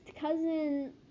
cousin